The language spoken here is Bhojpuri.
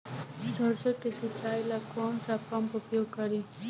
सरसो के सिंचाई ला कौन सा पंप उपयोग करी?